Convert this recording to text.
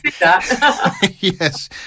yes